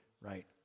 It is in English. right